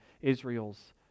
Israel's